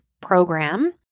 program